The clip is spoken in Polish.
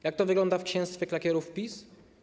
Jak to wygląda w księstwie klakierów PiS?